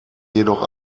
jedoch